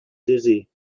dizzy